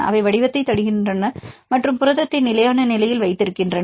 அவை வடிவத்தைத் தருகின்றன மற்றும் புரதத்தை நிலையான நிலையில் வைத்திருக்கின்றன